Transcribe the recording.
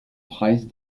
preis